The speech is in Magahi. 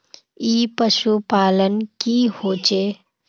ई पशुपालन की होचे?